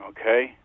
Okay